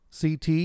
CT